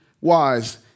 wise